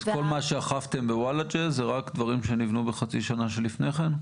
אז כל מה שאכפתם בוולאג'ה זה רק דברים שנבנו בחצי השנה שלפני כן?